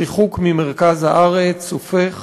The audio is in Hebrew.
הריחוק ממרכז הארץ הופך